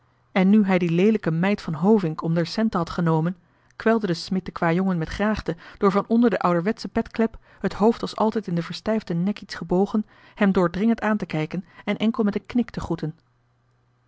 en nu hij die leelijke meid van hovink om d'er centen had genomen kwelde de smid den kwajongen met graagte door van onder de ouderwetsche petklep het hoofd als altijd in den verstijfden nek iets gebogen hem doordringend aan te kijken en enkel met een knik te groeten